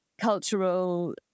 cultural